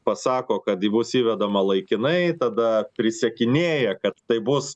pasako kad bus įvedama laikinai tada prisiekinėja kad tai bus